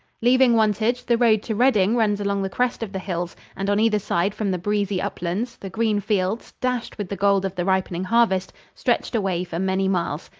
leaving wantage, the road to reading runs along the crest of the hills, and on either side from the breezy uplands, the green fields, dashed with the gold of the ripening harvest, stretched away for many miles.